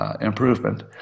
improvement